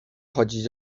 chodzić